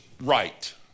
right